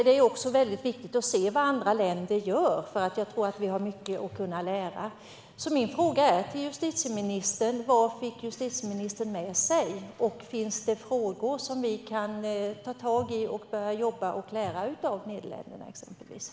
Det är också viktigt att se vad andra länder gör, för jag tror att vi har mycket att lära. Vad fick justitieministern med sig från besöket? Finns det frågor som vi kan ta tag i och börja arbeta med där vi kan lära av Nederländerna?